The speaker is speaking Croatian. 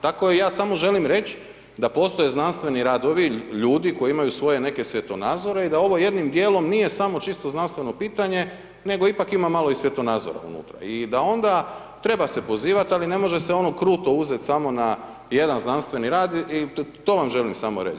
Tako i ja samo želim reći da postoje znanstveni radovi, ljudi koji imaju neke svoje svjetonazore i da ovo jednim dijelom nije samo čisto znanstveno pitanje nego ipak ima malo i svjetonazora unutra i da onda treba se pozivat, ali ne može se on u kruto uzet samo na jedan znanstveni rad, to vam želim samo reći.